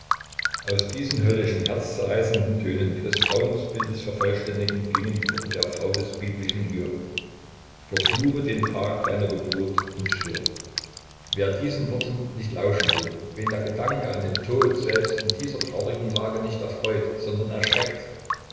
aus diesen höllischen herzzerreißenden tönen die das grauen des bildes vervollständigen klingen die worte der frau des biblischen hiob verfluche den tag deiner geburt und stirb wer diesen worten nicht lauschen will wen der gedanke an den tod selbst in dieser traurigen lage nicht erfreut sondern erschreckt